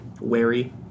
wary